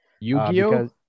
Yu-Gi-Oh